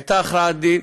הייתה הכרעת דין.